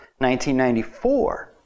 1994